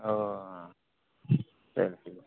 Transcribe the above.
اوہ پھر ٹھیک ہے